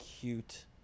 cute